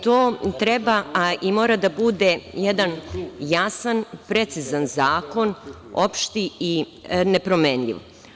To treba, a i mora da bude, jedan jasan, precizan zakon, opšti i nepromenljiv.